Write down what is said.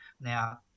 Now